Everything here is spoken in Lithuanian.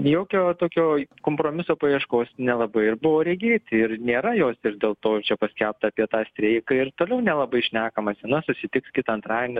jokio tokio kompromiso paieškos nelabai ir buvo regėti ir nėra jos ir dėl to čia paskelbta apie tą streiką ir toliau nelabai šnekamasi na susitiks kitą antradienį